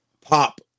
pop